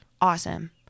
awesome